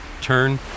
turn